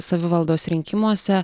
savivaldos rinkimuose